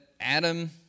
Adam